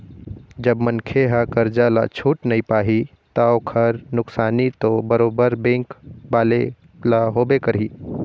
जब मनखे ह करजा ल छूट नइ पाही ता ओखर नुकसानी तो बरोबर बेंक वाले ल होबे करही